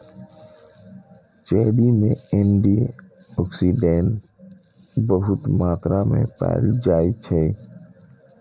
cherry मे antioxidant बहुत मात्रा मे पाएल जाइ छै